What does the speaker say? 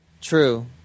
True